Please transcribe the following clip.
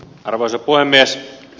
arvoisa puhemies